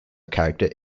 character